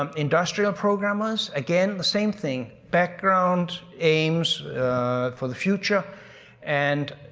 um industrial programmers, again the same thing. background, aims for the future and.